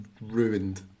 ruined